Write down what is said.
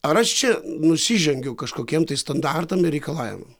ar aš čia nusižengiu kažkokiem tai standartam ir reikalavimam